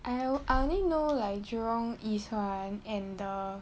I only know like jurong east [one] and the